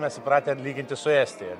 mes įpratę lygintis su estija